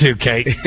Kate